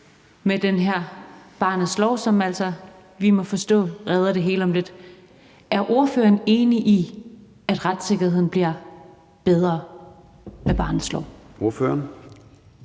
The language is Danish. op til med barnets lov, som vi må forstå redder det hele om lidt. Er ordføreren enig i, at retssikkerheden bliver bedre med barnets lov? Kl.